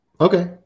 Okay